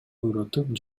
үйрөтүп